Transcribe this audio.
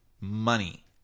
money